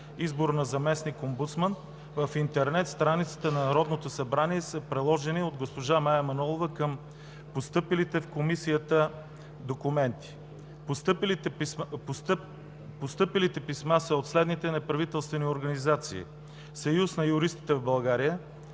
„Избор на заместник-омбудсман” в интернет страницата на Народното събрание и са приложени от госпожа Мая Манолова към постъпилите в Комисията документи. Постъпилите писма са от следните неправителствени организации: Съюз на юристите в България;